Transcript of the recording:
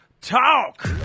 Talk